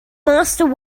master